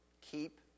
keep